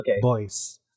boys